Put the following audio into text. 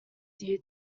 dear